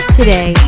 Today